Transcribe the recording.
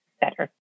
better